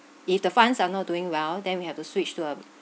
if the funds are not doing well then we have to switch to a